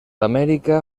amèrica